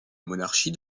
monarchie